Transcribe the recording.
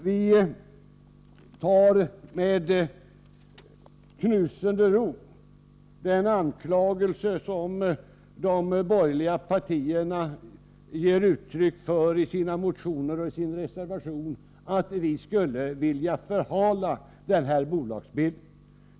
Vi tar med knusende ro den anklagelse som de borgerliga partierna ger uttryck för i sina motioner och i sin reservation, att vi skulle vilja förhala denna bolagsbildning.